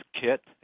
kit